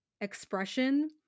expression